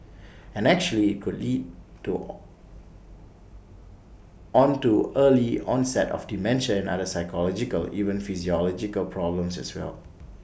and actually could lead to on to early onset of dementia and other psychological even physiological problems as well